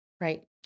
Right